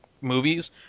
movies